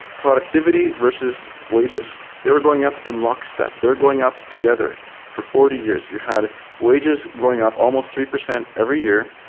productivity versus wages, they were going up in lockstep. they're going up together for forty years. we had wages going up almost three percent every year,